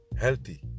Healthy